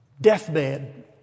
deathbed